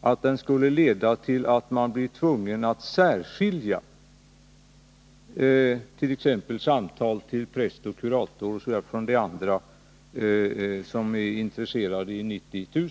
att det leder till att man blir tvungen att särskilja exempelvis samtal till präst och kurator från andra instanser på telefonnummer 90 000.